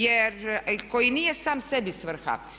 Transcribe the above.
Jer koji nije sam sebi svrha.